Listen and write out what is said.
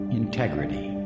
integrity